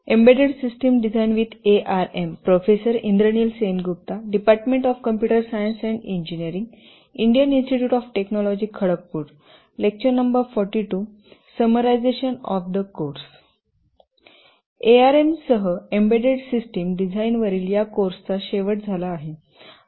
ARM सह embedded system डिझाइनवरील या कोर्सचा शेवट झाला आहे